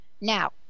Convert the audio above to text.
Now